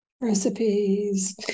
recipes